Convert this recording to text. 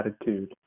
attitude